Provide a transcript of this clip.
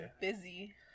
Busy